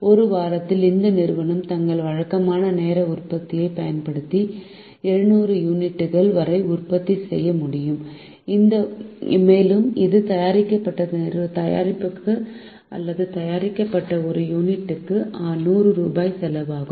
ஒரு வாரத்தில் இந்த நிறுவனம் தங்கள் வழக்கமான நேர உற்பத்தியைப் பயன்படுத்தி 700 யூனிட்டுகள் வரை உற்பத்தி செய்ய முடியும் மேலும் இது தயாரிக்கப்பட்ட தயாரிப்புக்கு அல்லது தயாரிக்கப்பட்ட ஒரு யூனிட்டுக்கு 100 ரூபாய் செலவாகும்